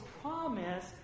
promise